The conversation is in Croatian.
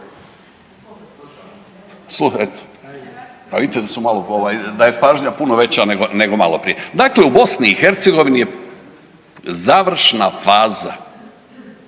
klupe./ … Pa vidite da je pažnja puno veća nego malo prije. Dakle u Bosni i Hercegovini je završna faza